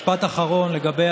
משפט אחרון לגבי